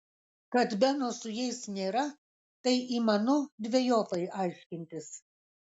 kad beno su jais nėra tai įmanu dvejopai aiškintis